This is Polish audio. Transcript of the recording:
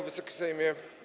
Wysoki Sejmie!